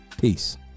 peace